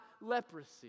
leprosy